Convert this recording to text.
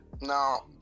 now